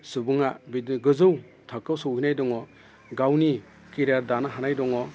सुबुङा बिदिनो गोजौ थाखोआव सहैनाय दङ गावनि खेरियार दानो हानाय दङ